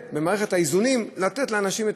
אבל במערכת האיזונים שווה לתת לאנשים את